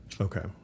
Okay